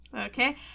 okay